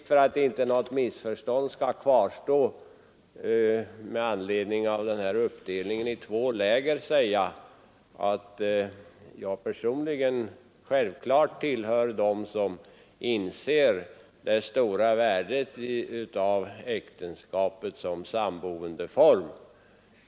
För att inte något missförstånd skall kvarstå med anledning av uppdelningen i två olika läger vill jag till sist säga att jag personligen självfallet tillhör dem som inser det stora värdet av äktenskapet som samboendeform.